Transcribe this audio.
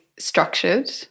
structured